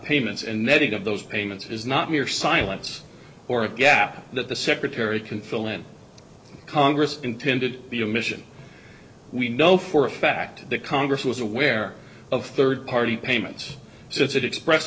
payments and netting of those payments is not near silence or a gap that the secretary can fill and congress intended the emission we know for a fact that congress was aware of third party payments so it's it express